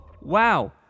wow